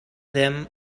them